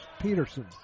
Peterson